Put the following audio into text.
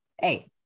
hey